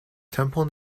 temple